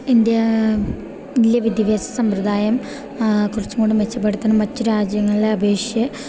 ഇന്ത്യായിലെ വിദ്യഭ്യാസ സമ്പ്രദായം കൊറച്ചുംകൂടെ മെച്ചപ്പെട്ത്തണം മറ്റു രാജ്യങ്ങൾലെയപേക്ഷിച്ച്